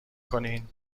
کنین